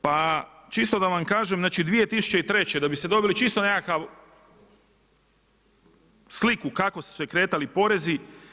Pa čisto da vam kažem, znači 2003., da bi ste dobili čisto nekakvu sliku kako su se kretali poreza.